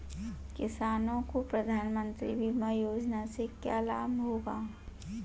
किसानों को प्रधानमंत्री बीमा योजना से क्या लाभ होगा?